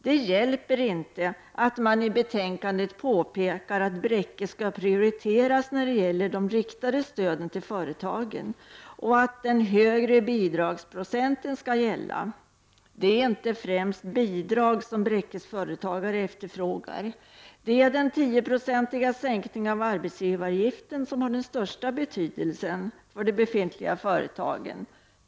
Det hjälper inte att man i betänkandet påpekar att Bräcke skall prioriteras när det gäller de riktade stöden till företagen och att den högre bidragsprocenten skall gälla. Det är inte främst bidrag som Bräckes företagare efterfrågar, utan det är den 10-procentiga sänkningen av arbetsgivaravgiften som har den största betydelsen för de befintliga företagen.